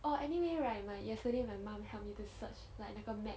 orh anyway right my yesterday my mom help me to search like 那个 mat